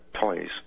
toys